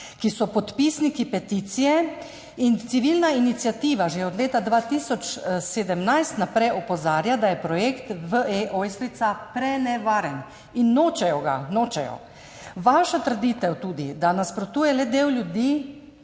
ki so podpisniki peticije. Civilna iniciativa že od leta 2017 naprej opozarja, da je projekt VE Ojstrica prenevaren, in nočejo ga. Nočejo. Vaša trditev, da nasprotuje le del ljudi,